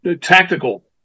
tactical